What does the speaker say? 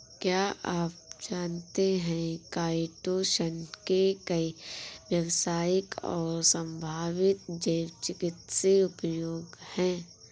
क्या आप जानते है काइटोसन के कई व्यावसायिक और संभावित जैव चिकित्सीय उपयोग हैं?